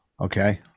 Okay